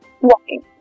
walking